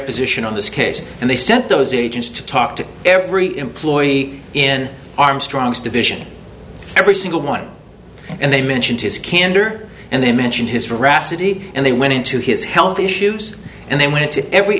position on this case and they sent those agents to talk to every employee in armstrong's division every single one and they mentioned his candor and they mentioned his ferocity and they went into his health issues and they went to every